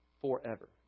forever